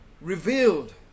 revealed